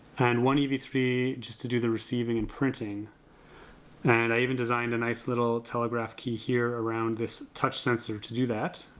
and one e v three just to do the receiving and printing and i even designed a nice little telegraph key here around this touch sensor to do that,